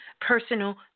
personal